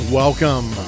welcome